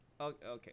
okay